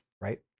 right